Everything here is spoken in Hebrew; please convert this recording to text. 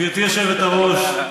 גברתי היושבת-ראש,